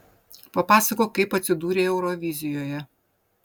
papasakok kaip atsidūrei eurovizijoje